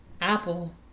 Apple